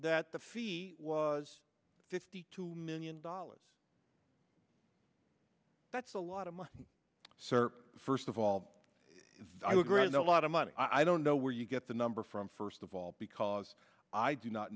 that the fee was fifty two million dollars that's a lot of money sir first of all i would raise a lot of money i don't know where you get the number from first of all because i do not